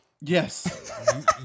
Yes